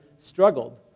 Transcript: struggled